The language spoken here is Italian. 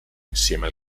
insieme